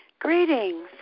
Greetings